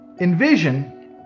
Envision